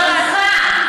ממסכת סנהדרין.